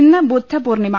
ഇന്ന് ബുദ്ധ പൂർണിമ